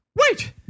Wait